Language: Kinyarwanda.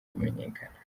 kumenyekana